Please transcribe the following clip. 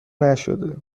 نشده